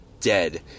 dead